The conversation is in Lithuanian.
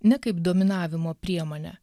ne kaip dominavimo priemonę